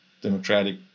democratic